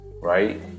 Right